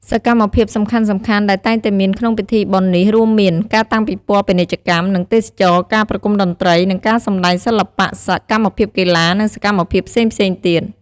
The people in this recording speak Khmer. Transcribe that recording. សកម្មភាពសំខាន់ៗដែលតែងតែមានក្នុងពិធីបុណ្យនេះរួមមាន៖ ការតាំងពិព័រណ៍ពាណិជ្ជកម្ម និងទេសចរណ៍ ការប្រគំតន្ត្រី និងការសម្តែងសិល្បៈ សកម្មភាពកីឡា និងសកម្មភាពផ្សេងៗទៀត។